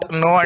no